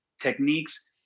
techniques